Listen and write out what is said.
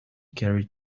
carried